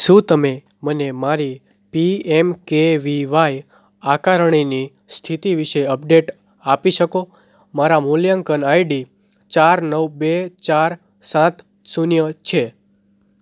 શું તમે મને મારી P M K V Y આકારણીની સ્થિતિ વિશે અપડેટ આપી શકો મારા મૂલ્યાંકન આઈડી ચાર નવ બે ચાર સાત શૂન્ય છે